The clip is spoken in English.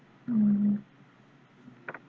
mm